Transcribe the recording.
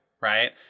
right